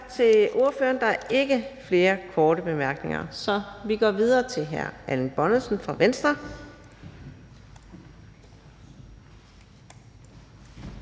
Tak til ordføreren. Der er ikke flere korte bemærkninger, så vi går videre i ordførerrækken. Nu er det hr.